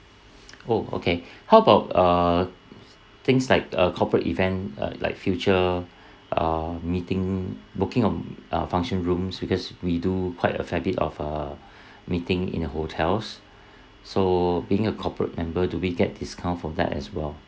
oh okay how about err things like uh corporate event uh like future uh meeting booking of uh function rooms because we do quite a fair bit of uh meeting in the hotels so being a corporate member do we get discount for that as well